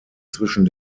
zwischen